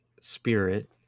spirit